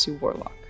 Warlock